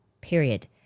period